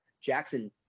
Jackson